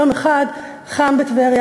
יום אחד "חם בטבריה",